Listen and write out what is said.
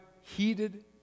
heated